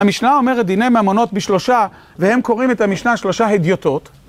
המשנה אומרת דיני ממונות בשלושה והם קוראים את המשנה שלושה הדיוטות